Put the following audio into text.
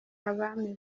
abami